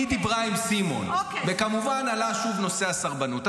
היא דיברה עם סימון, וכמובן עלה שוב נושא הסרבנות.